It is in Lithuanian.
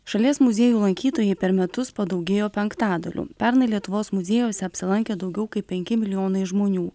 šalies muziejų lankytojai per metus padaugėjo penktadaliu pernai lietuvos muziejuose apsilankė daugiau kaip penki milijonai žmonių